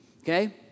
Okay